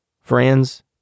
Friends